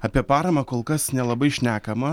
apie paramą kol kas nelabai šnekama